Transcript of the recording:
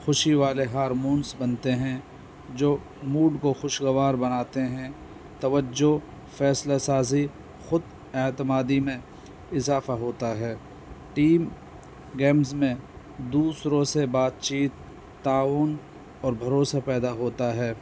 خوشی والے ہارمونس بنتے ہیں جو موڈ کو خوشگوار بناتے ہیں توجہ فیصلہ سازی خود اعتمادی میں اضافہ ہوتا ہے ٹیم گیمز میں دوسروں سے بات چیت تعاون اور بھروسہ پیدا ہوتا ہے